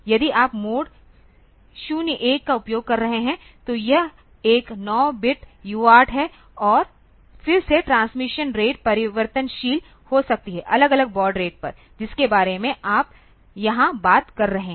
यदि आप मोड 01 का उपयोग कर रहे हैं तो यह एक 9 बिट UART है और फिर यह ट्रांसमिशन रेट परिवर्तनशील हो सकती है अलग अलग बॉड रेट पर जिसके बारे में आप यहां बात कर रहे हैं